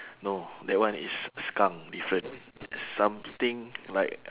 no that one is s~ skunk different something like